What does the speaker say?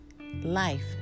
life